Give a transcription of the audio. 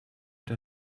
der